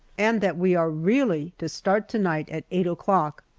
and that we are really to start to-night at eight o'clock.